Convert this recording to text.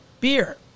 beer